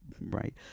Right